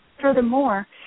Furthermore